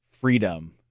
freedom